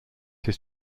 his